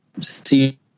see